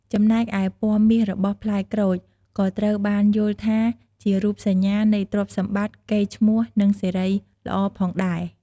ចំណែកឯពណ៌មាសរបស់ផ្លែក្រូច ក៏ត្រូវបានយល់ថាជារូបសញ្ញា នៃទ្រព្យសម្បត្តិ កេរ្តិ៍ឈ្មោះ និងសិរីល្អផងដែរ។